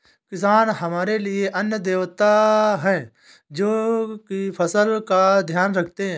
किसान हमारे लिए अन्न देवता है, जो की फसल का ध्यान रखते है